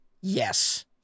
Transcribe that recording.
Yes